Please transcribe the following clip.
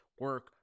Work